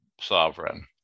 sovereign